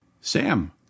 Sam